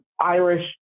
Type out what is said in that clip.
Irish